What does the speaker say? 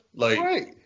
Right